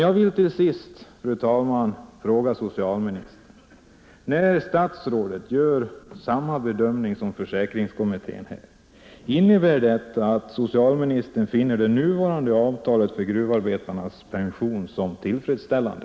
Jag vill till sist, fru talman, fråga socialministern: När statsrådet här gör samma bedömning som pensionsförsäkringskommittén, innebär det då att socialministern finner det nuvarande avtalet för gruvarbetarnas pension tillfredsställande?